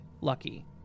lucky